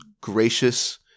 gracious